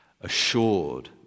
assured